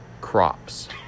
crops